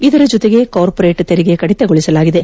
ಇದರ ಜತೆಗೆ ಕಾರ್ಪೊರೇಟ್ ತೆರಿಗೆ ಕಡಿತಗೊಳಿಸಲಾಗಿದೆ